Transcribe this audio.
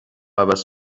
عوض